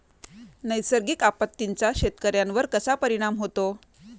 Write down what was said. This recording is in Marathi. नैसर्गिक आपत्तींचा शेतकऱ्यांवर कसा परिणाम होतो?